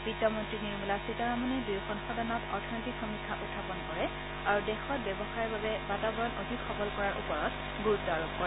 বিত্তমন্তী নিৰ্মলা সীতাৰমনে দুয়োখন সদনত অৰ্থনৈতিক সমীক্ষা উখাপন কৰে আৰু দেশত ব্যৱসায়ৰ বাবে বাতাবৰণ অধিক সবল কৰাৰ ওপৰত গুৰুত্ আৰোপ কৰে